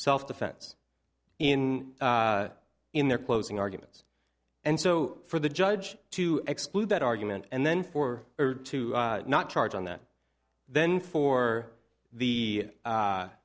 self defense in in their closing arguments and so for the judge to exclude that argument and then for her to not charge on that then for the